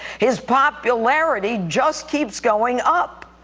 his popularity just keeps going up.